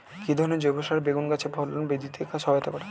কি ধরনের জৈব সার বেগুন গাছে ফলন বৃদ্ধিতে সহায়তা করে?